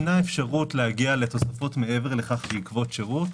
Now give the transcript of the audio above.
ישנה אפשרות להגיע לתוספות מעבר לכך בעקבות שירות.